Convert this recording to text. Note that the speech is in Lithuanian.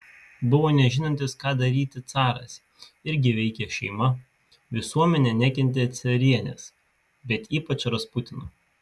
buvo nežinantis ką daryti caras irgi veikė šeima visuomenė nekentė carienės bet ypač rasputino